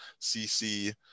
CC